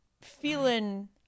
feeling